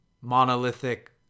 monolithic